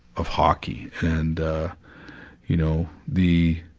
of hockey, and you know, the,